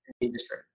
industry